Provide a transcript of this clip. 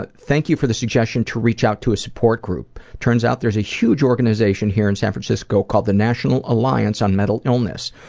but thank you for the suggestion to reach out to a support group. turns out there's a huge organization here in san francisco called the national alliance on mental illness.